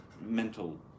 mental